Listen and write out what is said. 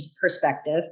perspective